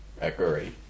Agree